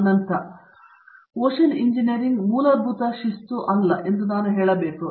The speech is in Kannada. ಅನಂತ ಸುಬ್ರಹ್ಮಣ್ಯನ್ ಓಷನ್ ಇಂಜಿನಿಯರಿಂಗ್ ಮೂಲಭೂತ ಶಿಸ್ತು ಅಲ್ಲ ಎಂದು ನಾನು ಹೇಳಬೇಕು